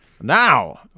now